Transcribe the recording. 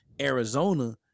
Arizona